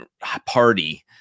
party